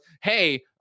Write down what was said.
hey